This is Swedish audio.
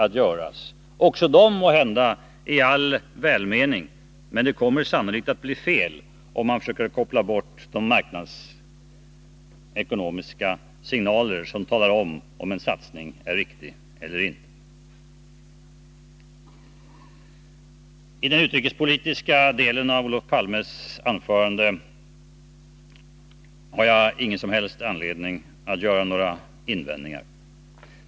De kommer att göras i all välmening, men det är fel att koppla bort de marknadsekonomiska signaler som talar när en satsning är riktig eller inte. När det gäller den utrikespolitiska delen av Olof Palmes anförande har jag ingen anledning till invändningar.